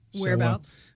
Whereabouts